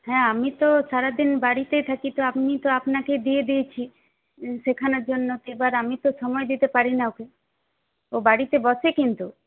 হ্যাঁ আমি তো সারাদিন বাড়িতেই থাকি তো আপনি তো আপনাকে দিয়ে দিয়েছি শেখানোর জন্য এবার আমি তো সময় দিতে পারিনা ওকে ও বাড়িতে বসে কিন্তু